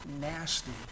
nasty